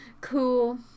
cool